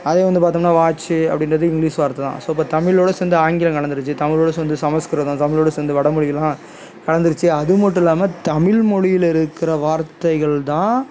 அதே வந்து பார்த்தம்னா வாட்ச்சு அப்பிடன்றது இங்கிலீஷ் வார்த்தை தான் ஸோ இப்போ தமிழோடு சேர்ந்து ஆங்கிலம் கலந்துடித்து தமிழோடு சேர்ந்து சமஸ்கிருதம் தமிழோடு சேர்ந்து வடமொழியெல்லாம் கலந்துடுத்து அது மட்டும் இல்லாமல் தமிழ் மொழியில் இருக்கிற வார்த்தைகள் தான்